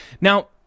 Now